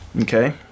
Okay